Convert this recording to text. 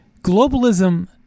globalism